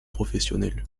professionnel